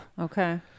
Okay